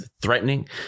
threatening